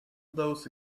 those